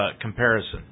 comparison